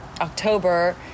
October